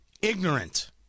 Ignorant